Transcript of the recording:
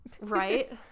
right